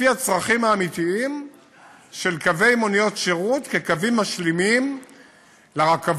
לפי הצרכים האמיתיים של קווי מוניות שירות כקווים משלימים לרכבות,